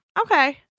Okay